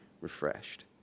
refreshed